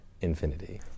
infinity